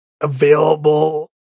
available